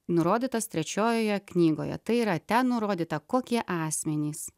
nurodytas trečiojoje knygoje tai yra ten nurodyta kokie asmenys